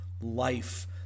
life